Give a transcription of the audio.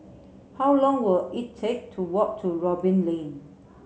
how long will it take to walk to Robin Lane